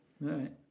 right